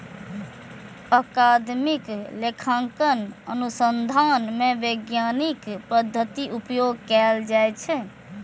अकादमिक लेखांकन अनुसंधान मे वैज्ञानिक पद्धतिक उपयोग कैल जाइ छै